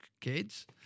kids